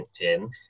linkedin